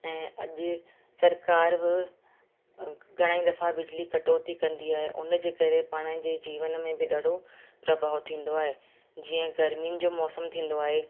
ऐं अॼु सरकार बि घणे ई दफ़ा बिजली कटौती कंदी आहे उन जे करे पाण जे जीवन में बि ॾाढो प्रभाव थींदो आहे जीअं गर्मियुनि जो मौसम थींदो आहे